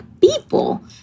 people